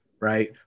right